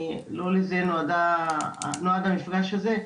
לא לזה נועד המפגש הזה,